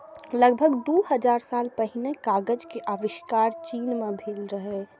लगभग दू हजार साल पहिने कागज के आविष्कार चीन मे भेल रहै